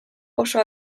oso